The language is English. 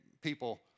people